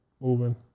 moving